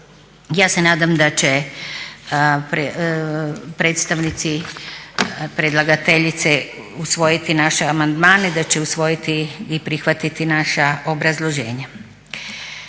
Ja se nadam da će predstavnici predlagateljice usvojiti naše amandmane, da će usvojiti i prihvatiti naša obrazloženja.